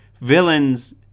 Villains